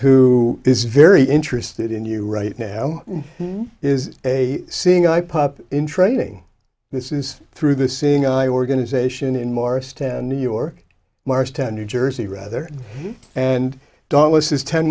who is very interested in you right now is a seeing eye pop in training this is through the seeing eye organization in morristown new york marks ten new jersey rather and dauntless is ten